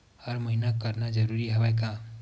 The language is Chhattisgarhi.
हर महीना करना जरूरी हवय का?